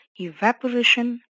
evaporation